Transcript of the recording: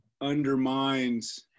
undermines